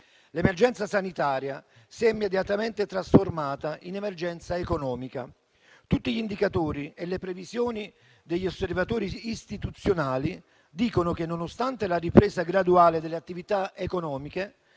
L'emergenza sanitaria si è immediatamente trasformata in emergenza economica. Tutti gli indicatori e le previsioni degli osservatori istituzionali dicono che, nonostante la ripresa graduale delle attività economiche,